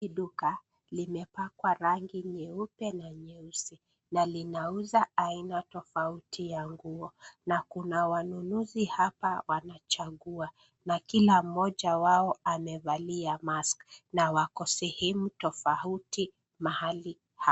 Hili duka limepakwa rangi nyeupe na nyeusi na linauza aina tofauti ya nguo na kuna wanunuzi hapa wanachagua na kila mmoja wao amevalia maski na wako sehemu tofauti mahali hapa.